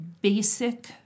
basic